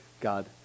God